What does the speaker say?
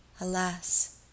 Alas!—